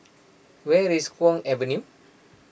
where is Kwong Avenue